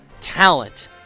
talent